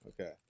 Okay